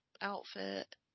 outfit